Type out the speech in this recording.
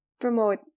promote